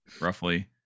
roughly